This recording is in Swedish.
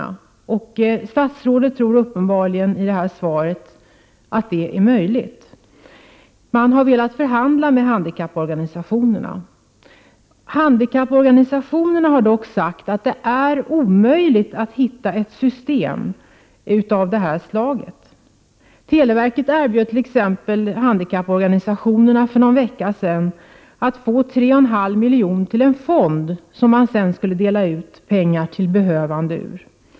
Av svaret framgår at I statsrådet uppenbarligen tror att det är möjligt. Man har velat förhandla med handikapporganisationerna. Handikapporganisationerna har dock sagt att det är omöjligt att hitta ett system av det här slaget. Televerket erbjöd t.ex. för någon vecka sedan handikapporganisationerna att få 3,5 milj.kr. till en fond. Pengar skulle sedan därifrån delas ut till behövande.